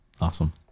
awesome